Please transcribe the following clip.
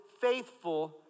faithful